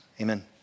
amen